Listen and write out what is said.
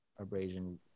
abrasion